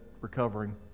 recovering